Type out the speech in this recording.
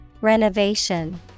Renovation